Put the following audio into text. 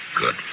Good